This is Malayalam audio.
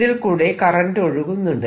ഇതിൽ കൂടെ കറന്റ് ഒഴുകുന്നുണ്ട്